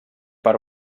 per